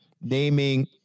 naming